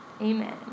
Amen